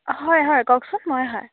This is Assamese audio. হয় হয় কওকচোন ময়েই হয়